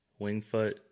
Wingfoot